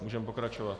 Můžeme pokračovat.